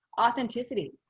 authenticity